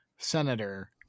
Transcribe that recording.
senator